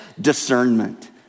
discernment